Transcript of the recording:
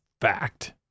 fact